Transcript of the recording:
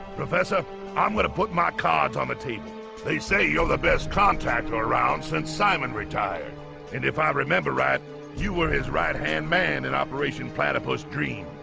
professor i'm gonna put my cards on the table they say you're the best contact around since simon retired and if i remember right you were his right-hand man in operation platypus dream,